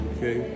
Okay